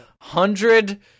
hundred